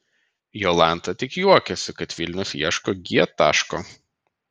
jolanta tik juokiasi kad vilnius ieško g taško